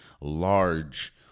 large